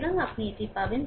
সুতরাং আপনি এটি পাবেন